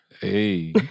Hey